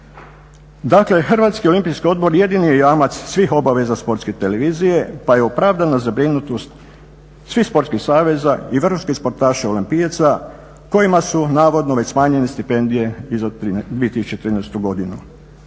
Dakle, Hrvatski olimpijski odbor jedini je jamac svih obaveza Sportske televizije pa je opravdana zabrinutost svih sportskih saveza i vrhunskih sportaša olimpijaca kojima su navodno već smanjene stipendije i za 2013. godinu.